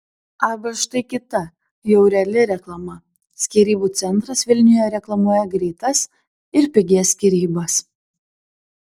arba štai kita jau reali reklama skyrybų centras vilniuje reklamuoja greitas ir pigias skyrybas